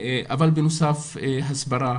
בנוסף, הסברה